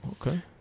Okay